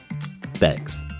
Thanks